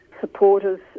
supporters